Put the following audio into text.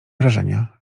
wrażenia